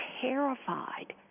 terrified